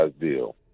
deal